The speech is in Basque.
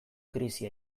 krisi